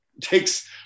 Takes